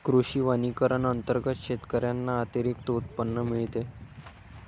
कृषी वनीकरण अंतर्गत शेतकऱ्यांना अतिरिक्त उत्पन्न मिळते